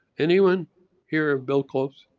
anyone hear of bill close?